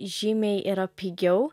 žymiai yra pigiau